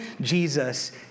Jesus